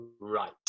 right